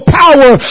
power